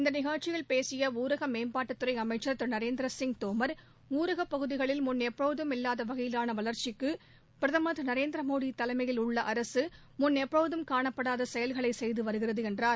இந்த நிகழ்ச்சியில் பேசிய ஊரக மேம்பாட்டுத்துறை அமைச்சா் திரு நரேந்திரசிங் தோம் ஊரகப் பகுதிகளில் முன் எப்போதம் இல்லாத வகையிலான வளர்ச்சிக்கு பிரதமர் திரு நரேந்திரமோடி தலைமையில் உள்ள அரசு முன் எப்போதும் காணப்படாத செயல்களை செய்து வருகிறது என்றார்